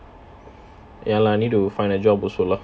ya lah need to find a job also lah